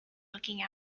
looking